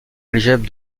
algèbre